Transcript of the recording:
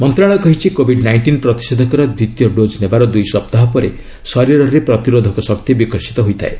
ମନ୍ତ୍ରଣାଳୟ କହିଛି କୋବିଡ୍ ନାଇଷ୍ଟିନ୍ ପ୍ରତିଷେଧକର ଦ୍ୱିତୀୟ ଡୋଜ୍ ନେବାର ଦୁଇ ସପ୍ତାହ ପରେ ଶରୀରରେ ପ୍ରତିରୋଧକ ଶକ୍ତି ବିକଶିତ ହୋଇଥାଏ